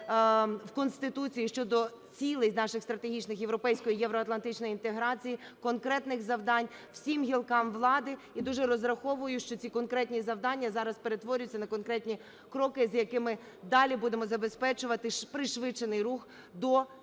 в Конституції щодо цілей наших стратегічних - європейської і євроатлантичної інтеграції, конкретних завдань всім гілкам влади. І дуже розраховую, що ці конкретні завдання зараз перетворяться на конкретні кроки, з якими далі ми будемо забезпечувати пришвидшений рух до тієї